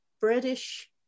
British